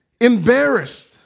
embarrassed